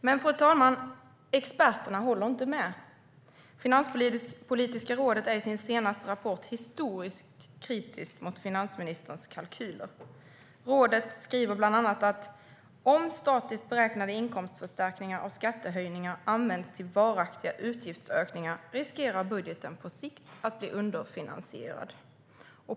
Men, fru talman, experterna håller inte med. Finanspolitiska rådet är i sin senaste rapport historiskt kritiskt mot finansministerns kalkyler. Rådet skriver bland annat att "om statiskt beräknade inkomstförstärkningar av skattehöjningar används till varaktiga utgiftsökningar riskerar budgeten på sikt att bli underfinansierad".